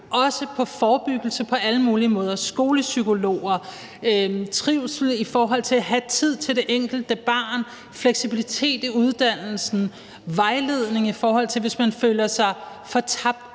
dels på forebyggelse på alle mulige måder. Det drejer sig om skolepsykologer, trivsel i forhold til at have tid til det enkelte barn, fleksibilitet i uddannelsen og vejledning, i forhold til hvis man føler sig fortabt